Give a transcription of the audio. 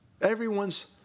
Everyone's